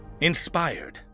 inspired